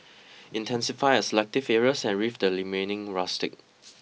intensify at selective areas and leave the remaining rustic